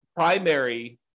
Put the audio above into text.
primary